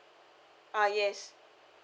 uh yes